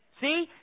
See